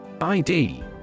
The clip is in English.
ID